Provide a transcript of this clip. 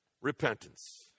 Repentance